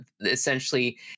Essentially